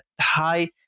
high